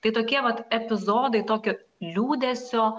tai tokie vat epizodai tokio liūdesio